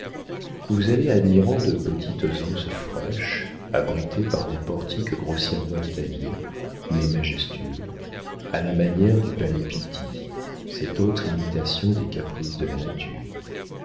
vous allez admirant de petites anses fraîches abritées par des portiques grossièrement taillés mais majestueux à la manière du palais pitti cette autre imitation des caprices de la nature